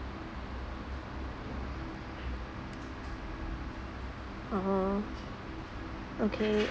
oh okay